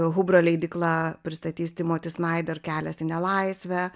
hubra leidykla pristatys timoti snaider kelias į nelaisvę